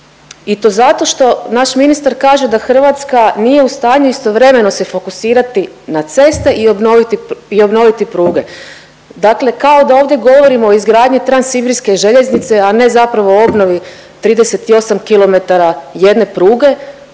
i to zato što naš ministar kaže da Hrvatska nije u stanju istovremeno se fokusirati na ceste i obnoviti pruge. Dakle kao da ovdje govorimo o izgradnji transibirske željeznice, a ne zapravo o obnovi 38 km jedne pruge